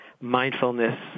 mindfulness